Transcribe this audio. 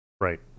right